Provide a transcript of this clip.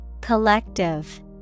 Collective